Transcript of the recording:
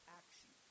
action